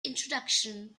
introduction